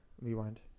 rewind